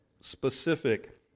specific